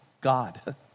God